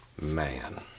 Man